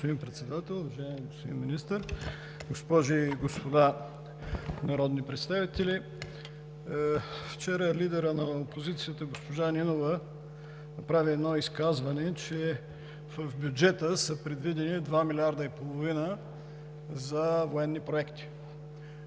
Вчера лидерът на опозицията госпожа Нинова направи едно изказване, че в бюджета са предвидени два милиарда и половина за военни проекти.